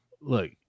look